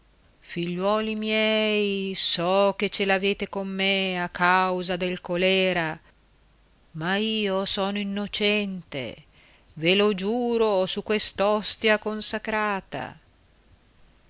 figliuoli miei so che ce l'avete con me a causa del colèra ma io sono innocente ve lo giuro su quest'ostia consacrata